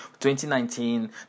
2019